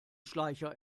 schleicher